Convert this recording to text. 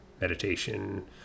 meditation